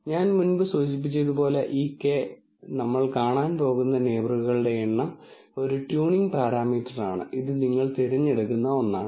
ഞാൻ മുമ്പ് സൂചിപ്പിച്ചതുപോലെ ഈ കെ നമ്മൾ കാണാൻ പോകുന്ന നെയിബറുകളുടെ എണ്ണം ഒരു ട്യൂണിംഗ് പാരാമീറ്ററാണ് ഇത് നിങ്ങൾ തിരഞ്ഞെടുക്കുന്ന ഒന്നാണ്